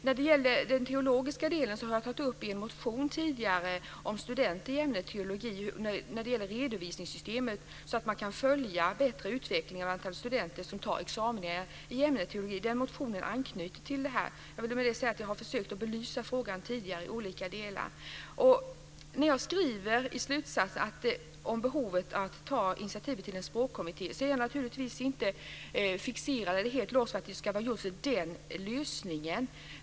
När det gäller den teologiska delen har jag tidigare tagit upp i en motion att redovisningssystemet när det gäller studenter i ämnet teologi bör vara så utformat att man bättre kan följa utvecklingen av antal studenter som tar examina i ämnet teologi. Motionen anknyter till det här. Jag vill med det säga att jag tidigare har försökt att belysa frågan i olika delar. När jag skriver i slutsatsen om behovet av att ta initiativ till en språkkommitté är jag naturligtvis inte helt låst vid att det ska vara just den lösningen.